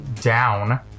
down